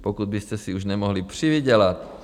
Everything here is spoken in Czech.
Pokud byste si už nemohli přivydělat?